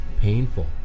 painful